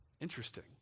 Interesting